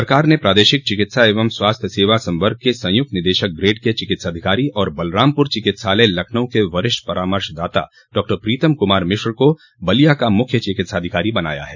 सरकार ने प्रादेशिक चिकित्सा एवं स्वास्थ्य सेवा संवर्ग के संयुक्त निदेशक ग्रेड के चिकित्साधिकारी और बलरामपुर चिकित्सालय लखनऊ के वरिष्ठ परामर्शदाता डॉ प्रीतम कुमार मिश्र को बलिया का मख्य चिकित्साधिकारी बनाया है